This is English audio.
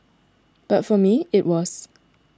but for me it was